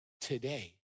today